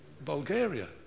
Bulgaria